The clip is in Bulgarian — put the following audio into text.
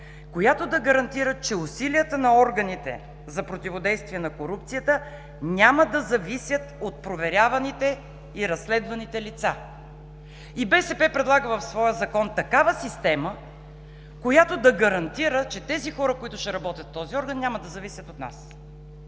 която да гарантира, че усилията на органите за противодействие на корупцията няма да зависят от проверяваните и разследваните лица. И БСП предлага в своя Законопроект система, която да гарантира, че хората, които ще работят в този орган, няма да зависят от нас.